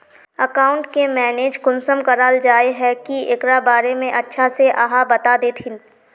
Account के manage कुंसम कराल जाय है की एकरा बारे में अच्छा से आहाँ बता देतहिन?